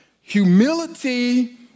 Humility